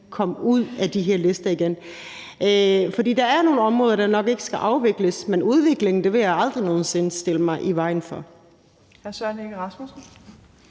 komme ud af de her lister igen. For der er nogle områder, der nok ikke skal afvikles; men udvikling vil jeg aldrig nogen sinde stille mig i vejen for.